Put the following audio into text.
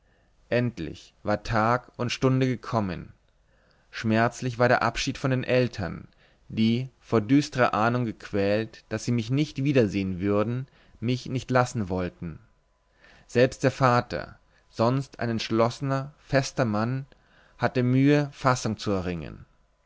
endlich war tag und stunde gekommen schmerzlich war der abschied von den eltern die von düstrer ahnung gequält daß sie mich nicht wiedersehen würden mich nicht lassen wollten selbst der vater sonst ein entschlossener fester mann hatte mühe fassung zu erringen